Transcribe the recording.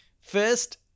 first